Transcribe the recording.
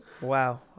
Wow